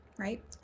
Right